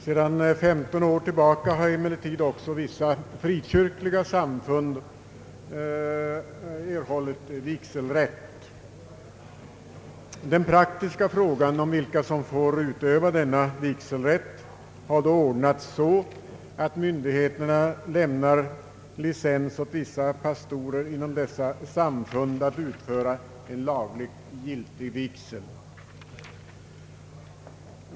Sedan 15 år tillbaka har emellertid också vissa frikyrkliga samfund haft vigselrätt. Den praktiska frågan om vilka som får utöva denna vigselrätt har ordnats så att myndigheterna lämnar licens åt vissa pastorer inom dessa samfund att förrätta lagligt giltig vigsel.